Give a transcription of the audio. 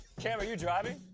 kam, are you driving?